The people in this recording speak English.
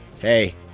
hey